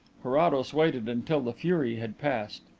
carrados waited until the fury had passed.